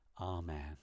Amen